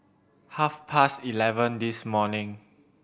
half past eleven this morning